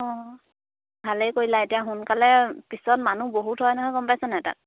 অঁ ভালেই কৰিলা এতিয়া সোনকালে পিছত মানুহ বহুত হয় নহয় গম পাইছ নাই তাত